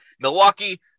Milwaukee